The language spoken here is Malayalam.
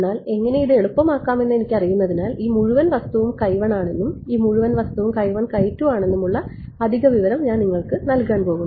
എന്നാൽ എങ്ങനെ ഇത് എളുപ്പമാക്കാമെന്ന് എനിക്കറിയുന്നതിനാൽ ഈ മുഴുവൻ വസ്തുവും ആണെന്നും ഈ മുഴുവൻ വസ്തുവും ആണെന്നുമുള്ള അധിക വിവരം ഞാൻ നിങ്ങൾക്ക് നൽകാൻ പോകുന്നു